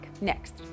next